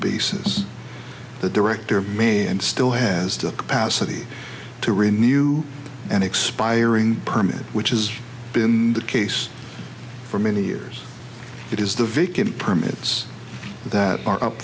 basis the director of may and still has to capacity to renew an expiring permit which has been the case for many years it is the vacant permits that are up